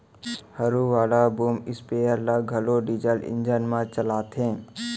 हरू वाला boom spare ल घलौ डीजल इंजन म चलाथें